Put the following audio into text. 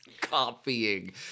Copying